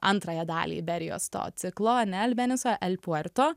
antrąją dalį iberijos to ciklo ane albeniso el puerto